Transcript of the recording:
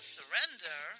Surrender